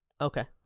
Okay